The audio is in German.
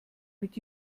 mit